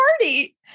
party